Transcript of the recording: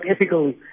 ethical